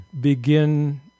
begin